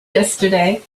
yesterday